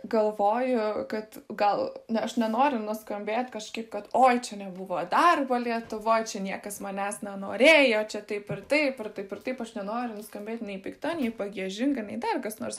galvoju kad gal ne aš nenoriu nuskambėt kažkaip kad oi čia nebuvo darbo lietuvoj čia niekas manęs nenorėjo čia taip ir taip ir taip ir taip aš nenoriu nuskambėt nei pikta nei pagiežinga nei dar kas nors